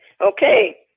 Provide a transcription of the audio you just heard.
Okay